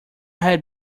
had